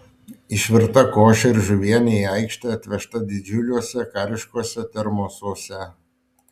išvirta košė ir žuvienė į aikštę atvežta didžiuliuose kariškuose termosuose